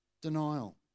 Denial